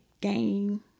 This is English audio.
game